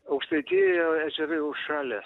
aukštaitijoje ežerai užšalę